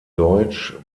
deutsch